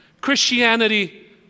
Christianity